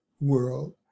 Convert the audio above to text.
world